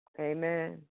Amen